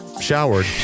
showered